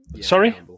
Sorry